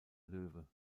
löwe